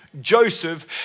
Joseph